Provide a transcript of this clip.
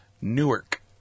Newark